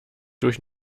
durch